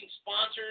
sponsors